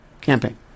campaign